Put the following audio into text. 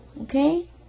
okay